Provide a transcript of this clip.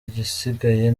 igisigaye